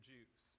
Jews